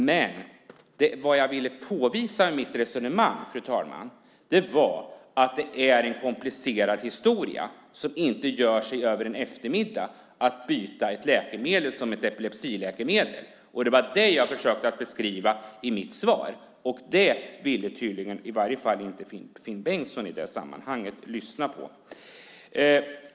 Men det som jag ville påvisa med mitt resonemang var att det är en komplicerad historia och att man inte på en eftermiddag byter ett epilepsiläkemedel. Det var det som jag försökte beskriva i mitt svar. Det ville tydligen i varje fall inte Finn Bengtsson lyssna på i det sammanhanget.